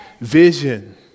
Vision